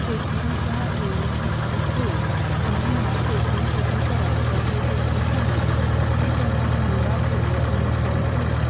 चेकइनच्या वेळी निश्चित होईल त्यांनी मला चेकिन कधी करायचं हे देखील सांगितले मी त्यांना धन्यवाद दिले आणि फोन ठेवला